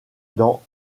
dans